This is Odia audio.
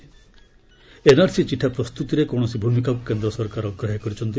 ଏନ୍ଆର୍ସି ଚିଠା ପ୍ରସ୍ତୁତରେ କୌଣସି ଭୂମିକାକୁ କେନ୍ଦ୍ର ସରକାର ଅଗ୍ରାହ୍ୟ କରିଛନ୍ତି